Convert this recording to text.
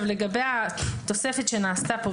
לגבי התוספת שנעשתה כאן,